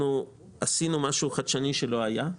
עשינו משהו חדשני שלא היה.